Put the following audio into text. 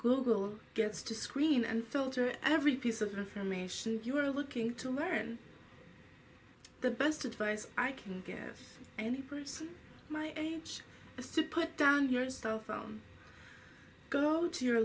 google gets to scream and filter every piece of information you are looking to learn the best advice i can guess any person my age is to put down your cell phone go to your